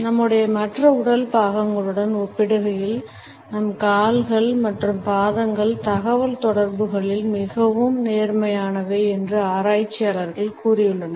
நம்முடைய மற்ற உடல் பாகங்களுடன் ஒப்பிடுகையில் நம் கால்கள் மற்றும் பாதங்கள் தகவல்தொடர்புகளில் மிகவும் நேர்மையானவை என்று ஆராய்ச்சியாளர்கள் கூறியுள்ளனர்